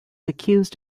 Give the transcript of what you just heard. accused